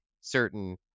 certain